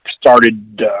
started